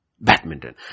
Badminton